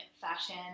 fashion